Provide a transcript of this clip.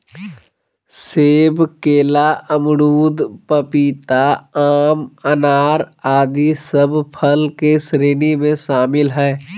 सेब, केला, अमरूद, पपीता, आम, अनार आदि सब फल के श्रेणी में शामिल हय